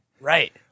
Right